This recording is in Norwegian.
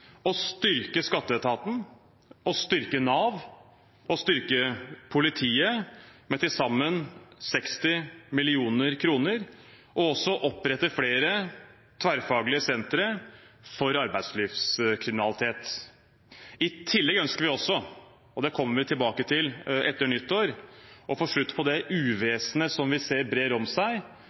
å styrke skatteetaten, Nav og politiet med til sammen 60 mill. kr og å opprette flere tverrfaglige sentre for arbeidslivskriminalitet. I tillegg ønsker vi – og dette kommer vi tilbake til etter nyttår – å få slutt på det uvesenet som vi ser bre om seg,